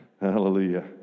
Hallelujah